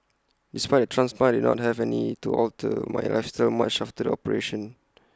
despite the transplant I did not have any to alter my lifestyle much after the operation